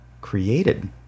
created